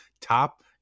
top